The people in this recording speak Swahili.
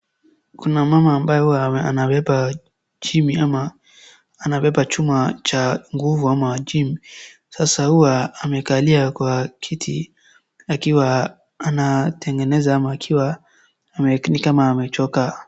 Kuna mama ambaye huwa anabeba jimi ama, anabeba chuma cha nguvu ama gym . Sasa huwa amekalia kwa kiti akiwa anatengeneza ama akiwa ni kama amechoka.